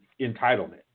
entitlement